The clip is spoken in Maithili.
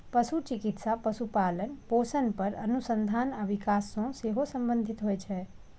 पशु चिकित्सा पशुपालन, पोषण पर अनुसंधान आ विकास सं सेहो संबंधित होइ छै